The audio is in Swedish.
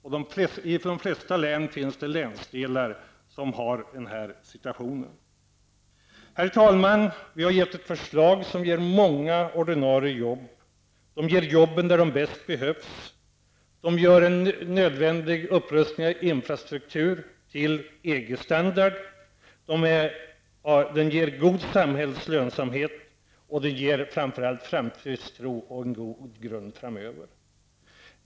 I de flesta län finns det länsdelar som har den här situationen. Herr talman! Vi har lagt fram ett förslag som ger många ordinarie jobb och jobb där de bäst behövs. Det innebär en nödvändig upprustning av infrastruktur till EG-standard, det ger god lönsamhet för samhället och det ger framför allt framtidstro och en god grund framöver.